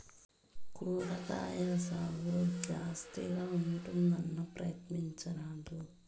కూరగాయల సాగు జాస్తిగా ఉంటుందన్నా, ప్రయత్నించరాదూ